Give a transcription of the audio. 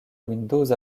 windows